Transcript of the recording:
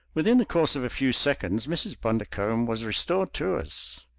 within the course of a few seconds mrs. bundercombe was restored to us.